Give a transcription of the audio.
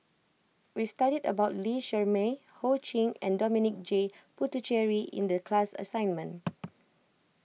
we studied about Lee Shermay Ho Ching and Dominic J Puthucheary in the class assignment